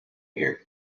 here